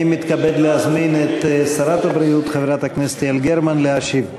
אני מתכבד להזמין את שרת הבריאות חברת הכנסת יעל גרמן להשיב.